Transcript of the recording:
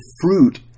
fruit